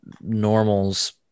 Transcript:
normal's